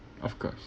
of course